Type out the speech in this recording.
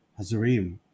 Hazarim